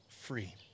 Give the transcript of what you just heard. free